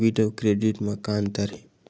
Debit अउ credit म का अंतर हे?